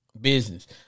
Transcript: business